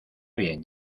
bien